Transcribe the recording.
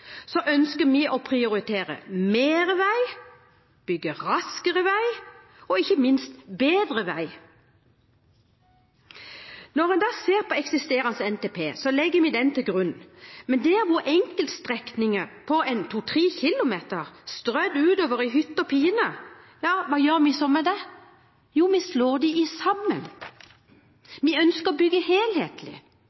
ønsker vi å prioritere mer vei, bygge raskere vei og – ikke minst – bedre vei. Når en da ser på eksisterende NTP, legger vi den til grunn. Men enkeltstrekninger på en to–tre kilometer strødd utover i hytt og vær, hva gjør vi med dem? Jo, vi slår dem sammen.